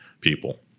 people